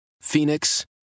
Phoenix